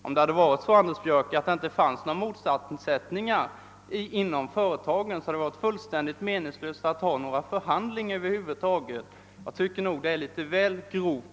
Om det inte funnes några motsättningar inom företagen, skulle det vara fullständigt meningslöst att över huvud taget föra några förhandlingar.